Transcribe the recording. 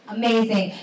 amazing